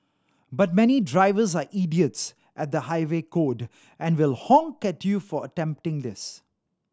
but many drivers are idiots at the highway code and will honk at you for attempting this